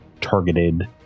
targeted